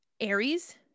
Aries